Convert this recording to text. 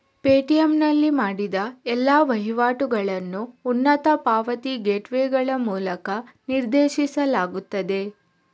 Paytm ನಲ್ಲಿ ಮಾಡಿದ ಎಲ್ಲಾ ವಹಿವಾಟುಗಳನ್ನು ಉನ್ನತ ಪಾವತಿ ಗೇಟ್ವೇಗಳ ಮೂಲಕ ನಿರ್ದೇಶಿಸಲಾಗುತ್ತದೆ